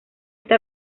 este